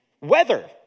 Weather